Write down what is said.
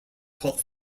cult